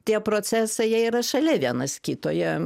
tie procesai jie yra šalia vienas kito jie